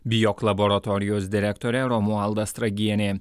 bijok laboratorijos direktorė romualda stragienė